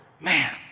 man